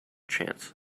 chance